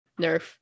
nerf